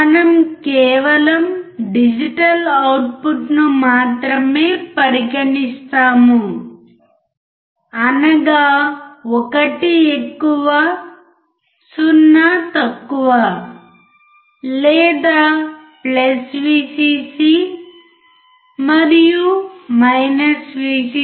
మనం కేవలం డిజిటల్ అవుట్పుట్ను మాత్రమే పరిగణిస్తాము అనగా 1 ఎక్కువ 0 తక్కువ లేదా Vcc మరియు Vcc